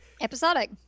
episodic